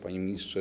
Panie Ministrze!